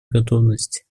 готовности